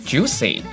,Juicy